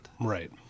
Right